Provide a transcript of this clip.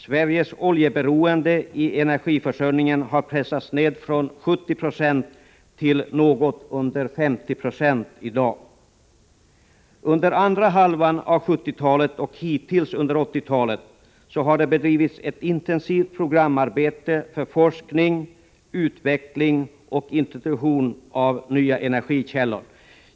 Sveriges oljeberoende i energiförsörjningen har pressats ned från 70 96 till något under 50 96. Under andra hälften av 1970-talet och hittills under 1980-talet har det bedrivits ett intensivt programarbete för forskning, utveckling och introduktion av nya energikällor.